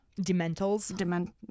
Dementals